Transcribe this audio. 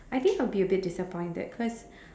I think I will be a bit disappointed cause